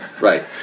right